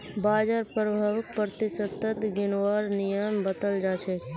बाजार प्रभाउक प्रतिशतत गिनवार नियम बताल जा छेक